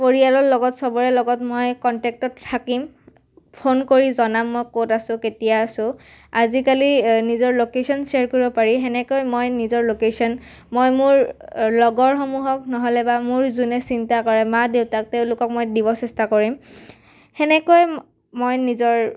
পৰিয়ালৰ লগত চবৰে লগত মই কণ্টেক্টত থাকিম ফোন কৰি জনাম মই ক'ত আছোঁ কেতিয়া আছোঁ আজিকালি নিজৰ লোকেশ্যন শ্বেয়াৰ কৰিব পাৰি তেনেকৈ মই নিজৰ ল'কেশ্যন মই মোৰ লগৰসমূহক নহ'লে বা মোৰ যোনে চিন্তা কৰে মা দেউতাক তেওঁলোকক মই দিব চেষ্টা কৰিম তেনেকৈ মই নিজৰ